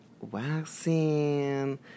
waxing